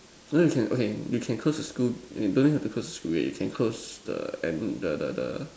no you can okay you can close the school you don't even have to close the school gate you can close the and the the the